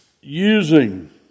using